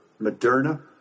Moderna